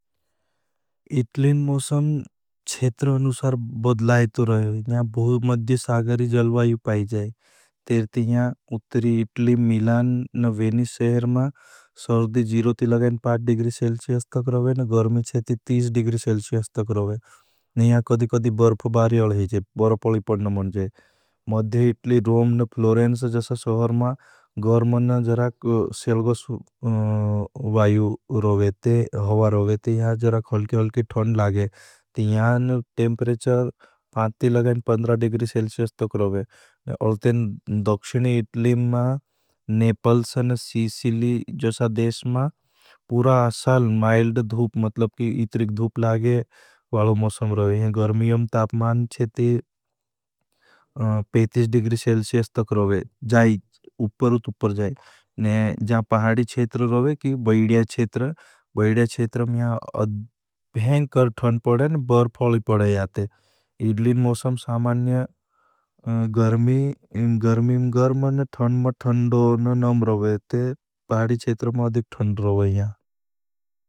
इटलीन मोसं छेत्र अनुसार बदलायतो रहे है। यहाँ बहुत मद्धी सागरी जलवायू पाई जाए। तेरे ती यहाँ उत्री इटली, मिलान और वेनिष सेहर मां, सर्धी जीरो ती लगाएं, पाट डिग्री सेल्शी अस्थाक रोवे, गर्मी छेती टीस डिग्री सेल्शी अस्थाक रोवे। यहाँ कदी कदी बर्फ बारी अलही चे, बर्फ पली पर न मन जे। मद्धी इटली, रोम न फ्लोरेंस जसा सहर मां, गर्मन जर्हाँ सेल्गोस वायू रोवेते, हवा रोवेते, यहाँ पहाड़ी छेतर रोवे, बैड्या छेतर रोवे बैड्या छेतर जर्हाँ अस्थाक रोवेते, बैड्या छेतर रोवे, बैड्या छेतर रोवे।